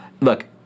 Look